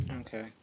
Okay